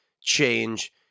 change